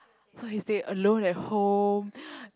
so he stay alone at home